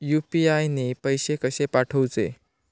UPI ने पैशे कशे पाठवूचे?